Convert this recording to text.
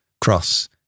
cross